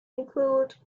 include